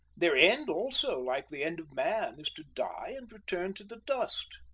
their end also, like the end of man, is to die and return to the dust.